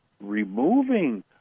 removing